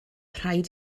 rhaid